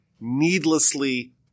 needlessly